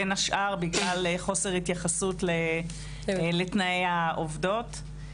בין השאר, בגלל חוסר התייחסות לתנאי העובדות.